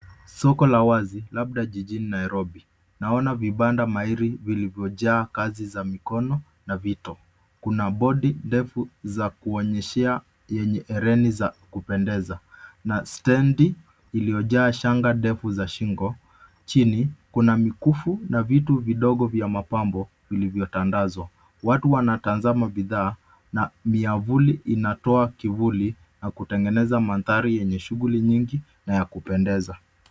Soko la wazi, labda jijini Nairobi: Naona vibanda maili vilivyojaa kazi za mikono na vito. Kuna bondi ndefu za kuonyeshea yenye hereni za kupendeza na stendi iliyojaa shanga ndefu za shingo. Chini kuna mikufu na vitu vidogo vya mapambo vilivyotandazwa. Watu wanatazama bidhaa na miavuli inatoa kivuli na kutengeneza mandhari yenye shughuli nyingi na ya kupendeza.